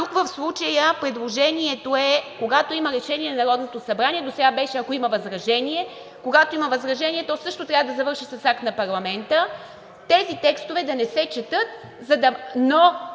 тук в случая предложението е, когато има решение на Народното събрание – досега беше, ако има възражение, то също трябва да завърши с акт на парламента тези текстове да не се четат, но